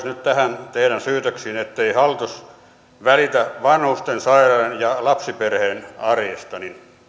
nyt näihin teidän syytöksiinne ettei hallitus välitä vanhusten sairaiden ja lapsiperheiden arjesta